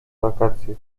wakacje